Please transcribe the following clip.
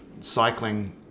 cycling